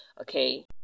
okay